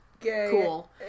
cool